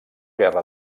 guerra